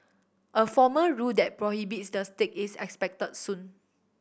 a formal rule that prohibits the stick is expected soon